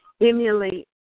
emulate